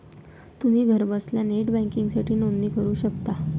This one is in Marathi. तुम्ही घरबसल्या नेट बँकिंगसाठी नोंदणी करू शकता